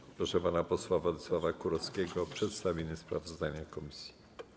Proszę pana posła Władysława Kurowskiego o przedstawienie sprawozdania komisji.